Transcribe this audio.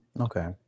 Okay